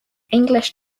english